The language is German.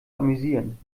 amüsieren